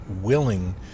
willing